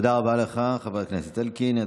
תודה רבה לך, חבר הכנסת אלקין.